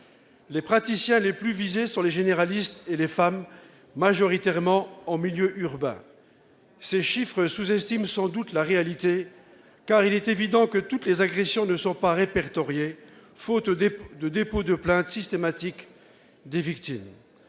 Les praticiens les plus visés sont les généralistes et les femmes, majoritairement en milieu urbain. Ces chiffres sous-estiment sans doute la réalité, car il est évident que toutes les agressions ne sont pas répertoriées, faute d'un dépôt de plainte systématique par les victimes.